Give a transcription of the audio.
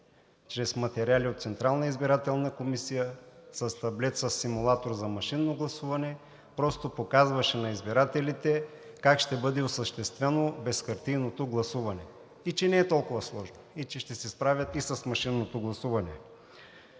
чрез материали от Централната избирателна комисия, с таблет със симулатор за машинно гласуване просто показваше на избирателите как ще бъде осъществено безхартийното гласуване и че не е толкова сложно, и че ще се справят и с машинното гласуване.